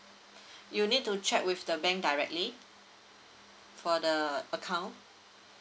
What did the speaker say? you need to check with the bank directly for the account